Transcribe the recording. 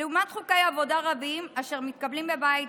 "לעומת חוקי עבודה רבים אשר מתקבלים בבית,